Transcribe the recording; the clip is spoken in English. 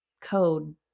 code